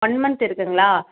one month இருக்குங்களா